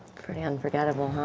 pretty unforgettable,